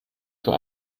für